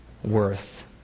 worth